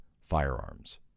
firearms